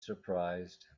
surprised